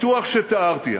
הפיתוח שתיארתי,